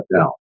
down